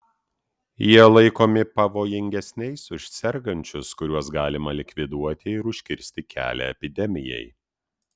jie laikomi pavojingesniais už sergančius kuriuos galima likviduoti ir užkirsti kelią epidemijai